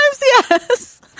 yes